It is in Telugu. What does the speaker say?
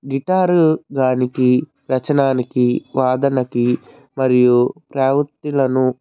గిటారు దానికి రచనానికి వాదనకి మరియు ప్రవృత్తులను